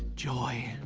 joy.